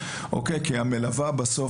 בסוף,